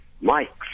Mike